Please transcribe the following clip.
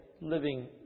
living